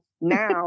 Now